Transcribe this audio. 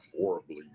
horribly